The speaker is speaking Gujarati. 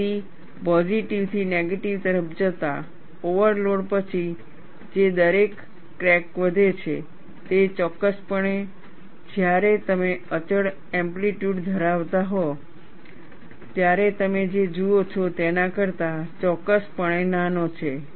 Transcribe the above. તેથી પોઝિટિવથી નેગેટિવ તરફ જતા ઓવરલોડ પછી જે દરે ક્રેક વધે છે તે ચોક્કસપણે જ્યારે તમે અચળ એમ્પલિટયૂડ ધરાવતા હો ત્યારે તમે જે જુઓ છો તેના કરતાં ચોક્કસપણે નાનો છે